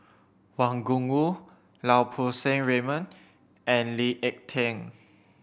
Wang Gungwu Lau Poo Seng Raymond and Lee Ek Tieng